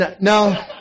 No